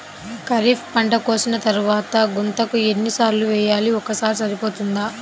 ఖరీఫ్ పంట కోసిన తరువాత గుంతక ఎన్ని సార్లు వేయాలి? ఒక్కసారి సరిపోతుందా?